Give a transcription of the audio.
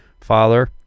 father